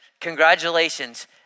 congratulations